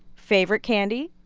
favorite candy,